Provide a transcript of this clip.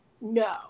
No